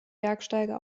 bergsteiger